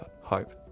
hope